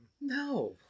No